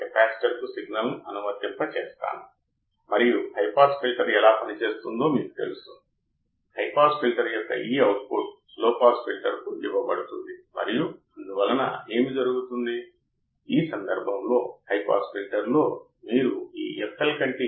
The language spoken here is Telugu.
ప్రతికూల ఫీడ్బ్యాక్ చెడుగా సానుకూల ఫీడ్బ్యాక్ మంచిగా ఉన్నట్లు అనిపిస్తుంది కాని ఎలక్ట్రానిక్స్లో సానుకూల ఫీడ్బ్యాక్ అంటే రన్ అవేలేదా డోలనం మరియు ప్రతికూల ఫీడ్బ్యాక్ అంటే స్థిరత్వం స్థిరత్వం అంతా సరే